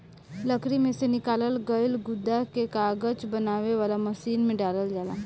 लकड़ी में से निकालल गईल गुदा के कागज बनावे वाला मशीन में डालल जाला